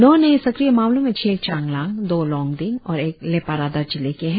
नौ नए सक्रिय मामलों में छह चांगलांग दो लोंगडिंग और एक लेपा रादा जिले के है